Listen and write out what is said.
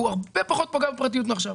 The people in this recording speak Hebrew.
הוא הרבה פחות פוגע בפרטיות מאשר עכשיו.